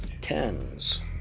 Tens